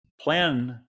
plan